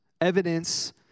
Evidence